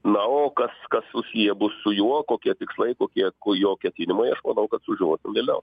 na o kas kas susiję bus su juo kokie tikslai kokie jo ketinimai aš manau kad sužinosim vėliau